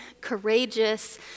courageous